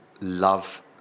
love